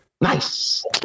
Nice